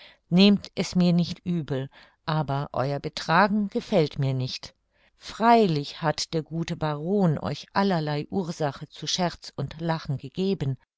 nehmt es mir nicht übel aber euer betragen gefällt mir nicht freilich hat der gute baron euch allerlei ursache zu scherz und lachen gegeben